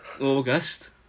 August